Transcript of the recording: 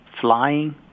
flying